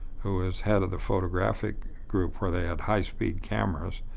who was head of the photographic group, where they had high-speed cameras.